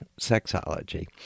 sexology